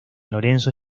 lorenzo